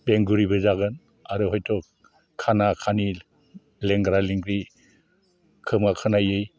बेंगुरिबो जागोन आरो हयथ' खाना खानि लेंग्रा लेंग्रि खोमा खोनायै